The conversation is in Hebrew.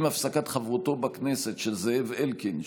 עם הפסקת חברותו בכנסת של זאב אלקין,